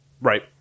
Right